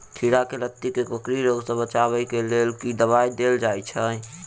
खीरा केँ लाती केँ कोकरी रोग सऽ बचाब केँ लेल केँ दवाई देल जाय छैय?